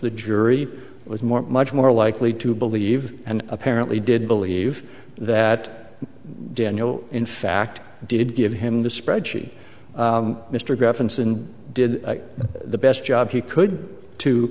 the jury was more much more likely to believe and apparently did believe that daniel in fact did give him the spreadsheet mr graef once and did the best job he could too